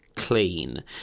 Clean